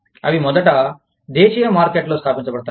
అవి మొదట దేశీయ మార్కెట్లలో స్థాపించబడతాయి